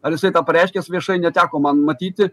ar jisai tą pareiškęs viešai neteko man matyti